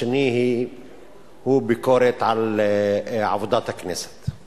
השני, ביקורת על עבודת הכנסת.